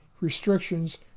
restrictions